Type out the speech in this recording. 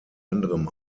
anderem